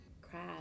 crab